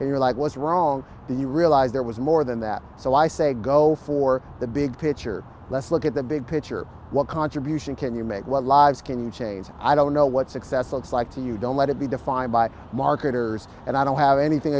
and you're like was wrong do you realize there was more than that so i say go for the big picture let's look at the big picture what contribution can you make what lives can you change i don't know what success looks like to you don't let it be defined by marketers and i don't have anything